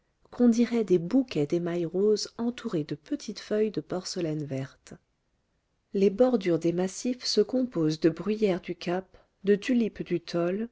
qu'on dirait des bouquets d'émail rose entourés de petites feuilles de porcelaine verte les bordures des massifs se composent de bruyères du cap de tulipes du thol